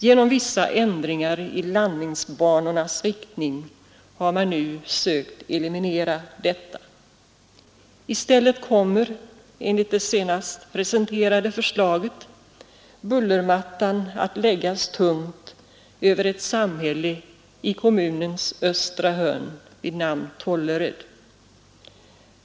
Genom vissa ändringar i landningsbanornas riktning har man nu sökt eliminera detta. I stället kommer, enligt det senaste förslaget, bullermattan att läggas tungt över ett samhälle i kommunens östra hörn vid namn Tollered.